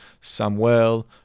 Samuel